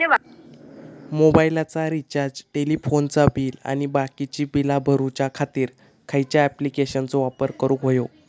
मोबाईलाचा रिचार्ज टेलिफोनाचा बिल आणि बाकीची बिला भरूच्या खातीर खयच्या ॲप्लिकेशनाचो वापर करूक होयो?